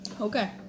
okay